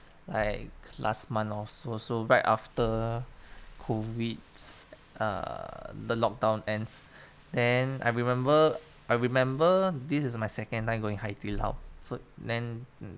like last month or so so right after COVID's err the lockdown end then I remember I remember this is my second time going 海底捞 so then